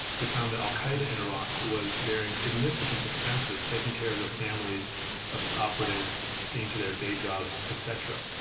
we found that al-qaida in iraq was bearing significant expenses taking care of the families of its operatives, seeing to their day jobs, etc.